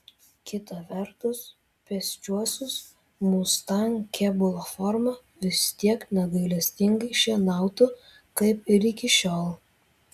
kita vertus pėsčiuosius mustang kėbulo forma vis tiek negailestingai šienautų kaip ir iki šiol